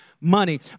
money